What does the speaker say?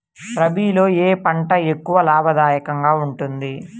రబీలో ఏ పంట ఎక్కువ లాభదాయకంగా ఉంటుంది?